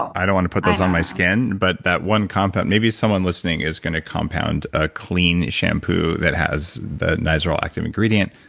i don't want to put those on my skin, but that one content maybe someone listening is going to compound a clean shampoo that has the nizoral active ingredient.